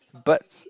birds